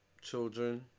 Children